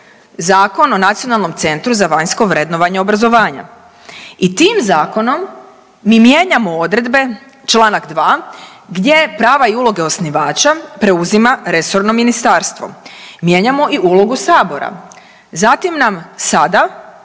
Zakon o Nacionalnom centru za vanjsko vrednovanje obrazovanja i tim zakonom mi mijenjamo odredbe Članak 2. gdje prava i uloge osnivača preuzima resorno ministarstvo, mijenjamo i ulogu sabora. Zatim nam sada